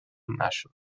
نشد